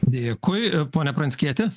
dėkui pone pranckieti